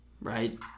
right